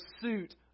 pursuit